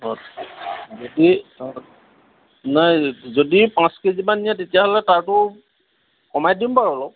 অঁ যদি নাই যদি পাঁচ কেজিমান নিয়ে তেতিয়াহ'লে তাৰতো কমাই দিম বাৰু অলপ